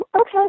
okay